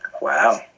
Wow